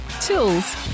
tools